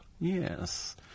Yes